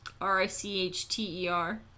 R-I-C-H-T-E-R